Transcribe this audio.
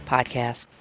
Podcast